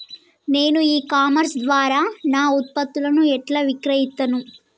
నేను e commerce ద్వారా నా ఉత్పత్తులను ఎట్లా విక్రయిత్తను?